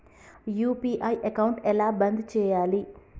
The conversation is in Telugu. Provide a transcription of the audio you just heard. యూ.పీ.ఐ అకౌంట్ ఎలా బంద్ చేయాలి?